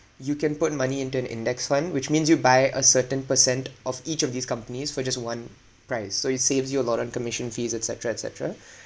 you can put money into an index fund which means you buy a certain percent of each of these companies for just one price so it saves you a lot on commission fees etcetera etcetera